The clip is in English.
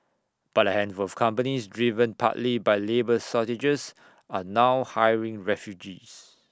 but handful of companies driven partly by labour shortages are now hiring refugees